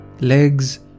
legs